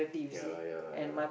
ya lah ya lah ya lah